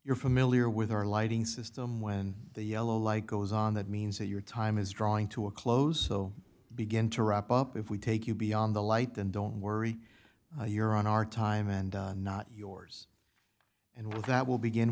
you're familiar with our lighting system when the yellow light goes on that means that your time is drawing to a close so begin to wrap up if we take you beyond the light and don't worry you're on our time and not yours and with that will begin